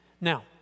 Now